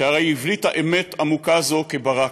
שהרי היא הבליטה אמת עמוקה זו כברק".